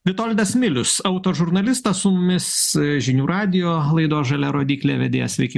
vitoldas milius auto žurnalistas su mumis žinių radijo laidos žalia rodyklė vedėjas sveiki